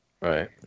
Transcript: Right